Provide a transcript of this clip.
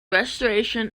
restoration